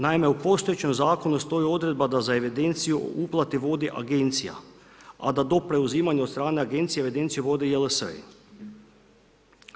Naime, u postojećem zakonu stoji odredba za evidenciju o uplati vodi agencija, a da do preuzimanja od strane agencije evidenciju vode JLS-e.